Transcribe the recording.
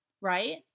right